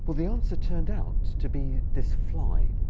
but the answer turned out to be this fly.